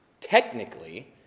technically